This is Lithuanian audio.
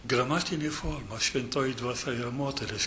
gramatinė forma šventoji dvasia yra moteris